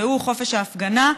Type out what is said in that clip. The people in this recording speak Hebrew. והיא חופש ההפגנה,